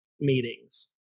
meetings